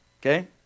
Okay